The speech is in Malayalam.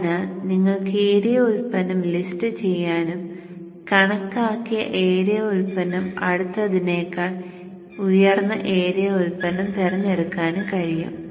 അതിനാൽ നിങ്ങൾക്ക് ഏരിയ ഉൽപ്പന്നം ലിസ്റ്റ് ചെയ്യാനും കണക്കാക്കിയ ഏരിയ ഉൽപ്പന്നം അടുത്തതിനേക്കാൾ ഉയർന്ന ഏരിയ ഉൽപ്പന്നം തിരഞ്ഞെടുക്കാനും കഴിയും